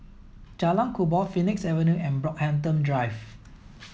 Jalan Kubor Phoenix Avenue and Brockhampton Drive